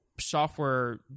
Software